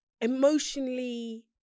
emotionally